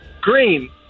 Green